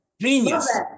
Genius